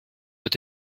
wird